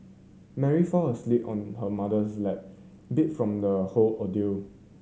Mary fall asleep on her mother's lap beat from the whole ordeal